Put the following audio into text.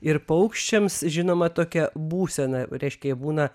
ir paukščiams žinoma tokia būsena reiškia jie būna